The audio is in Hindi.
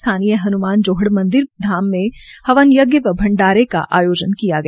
स्थानीय हनमान जोहड़ मंदिर धाम में हवन यज्ञ एवं भंडारे का आयोजन किया गया